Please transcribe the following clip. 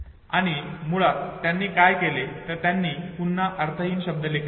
आणि मुळात त्यांनी काय केले तर त्यांनी पुन्हा अर्थहीन शब्दलेखन केले